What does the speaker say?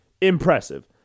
impressive